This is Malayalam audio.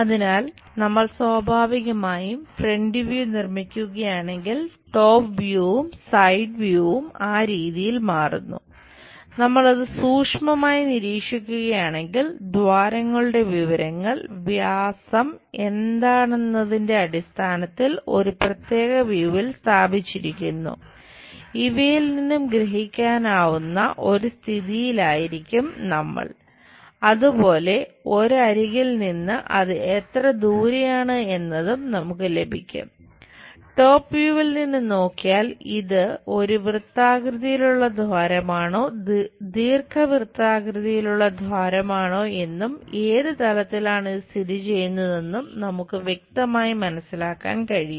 അതിനാൽ നമ്മൾ സ്വാഭാവികമായും ഫ്രണ്ട് വ്യൂ നിന്ന് നോക്കിയാൽ ഇത് ഒരു വൃത്താകൃതിയിലുള്ള ദ്വാരമാണോ ദീർഘവൃത്താകൃതിയിലുള്ള ദ്വാരമാണോ എന്നും ഏത് തലത്തിലാണ് ഇത് സ്ഥിതിചെയ്യുന്നതെന്നും നമുക്ക് വ്യക്തമായി മനസ്സിലാക്കാൻ കഴിയും